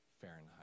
Fahrenheit